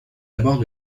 abords